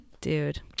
dude